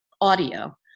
audio